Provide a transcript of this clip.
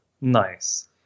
Nice